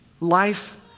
Life